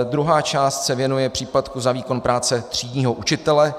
Druhá část se věnuje příplatku za výkon práce třídního učitele.